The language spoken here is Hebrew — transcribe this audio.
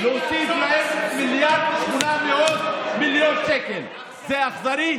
אכזרי לעצור את סבסוד המעונות, להוסיף להם